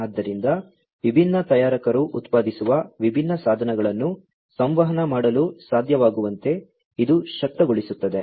ಆದ್ದರಿಂದ ವಿಭಿನ್ನ ತಯಾರಕರು ಉತ್ಪಾದಿಸುವ ವಿಭಿನ್ನ ಸಾಧನಗಳನ್ನು ಸಂವಹನ ಮಾಡಲು ಸಾಧ್ಯವಾಗುವಂತೆ ಇದು ಶಕ್ತಗೊಳಿಸುತ್ತದೆ